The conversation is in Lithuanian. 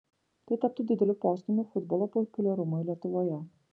tai taptų dideliu postūmiu futbolo populiarumui lietuvoje